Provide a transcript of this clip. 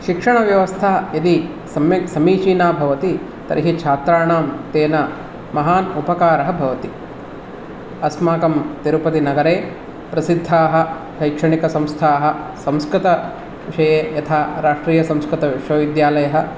शिक्षणव्यवस्था यदि सम्यक् समीचीना भवति तर्हि छात्राणां तेन महान् उपकारः भवति अस्माकं तिरुपतिनगरे प्रसिद्धाः शैक्षणिकसंस्थाः संस्कृतविषये यथा राष्ट्रीयसंस्कृतविश्वविद्यालयः